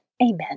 Amen